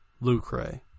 Lucre